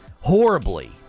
horribly